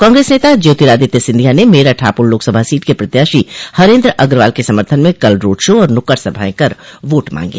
कांग्रेस नेता ज्योतिरादित्य सिंधिया ने मेरठ हापुड़ लोकसभा सीट के प्रत्याशी हरेन्द्र अग्रवाल के समर्थन में कल रोड शो और नुक्कड़ संभाये कर वोट मांगे